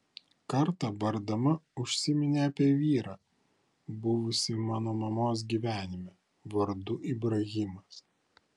kartą bardama užsiminė apie vyrą buvusį mano mamos gyvenime vardu ibrahimas